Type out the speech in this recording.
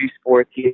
sports